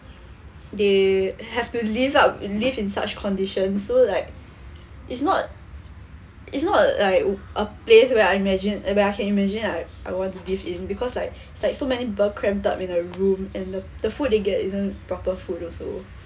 they have to live up live in such conditions so like is not is not like a place where I imagine where I can imagine like I want to live in because like so many people cramped up in the room and the the food they get isn't proper food also